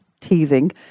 teething